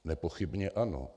Nepochybně ano.